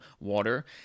water